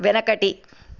వెనకటి